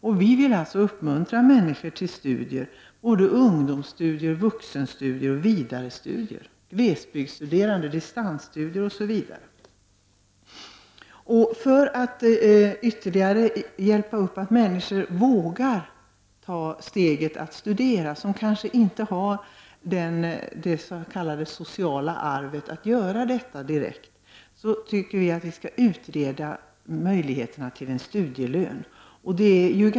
Miljöpartiet vill alltså uppmuntra människor till studier — ungdomsstudier, vuxenstudier och vidarestudier, glesbygdsstuderande och distansstudier osv. För att ytterligare hjälpa människor att våga ta steget att studera och som kanske inte har det s.k. sociala arvet att göra detta, anser vi att man skall utreda möjligheterna till en studielön.